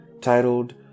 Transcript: titled